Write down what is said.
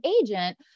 agent